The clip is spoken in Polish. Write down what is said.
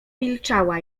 milczała